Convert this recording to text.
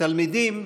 תלמידים,